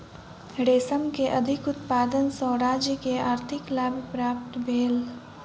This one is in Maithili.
रेशम के अधिक उत्पादन सॅ राज्य के आर्थिक लाभ प्राप्त भेल